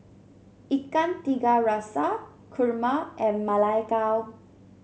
Ikan Tiga Rasa kurma and Ma Lai Gao